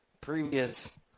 previous